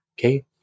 okay